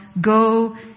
Go